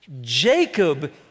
Jacob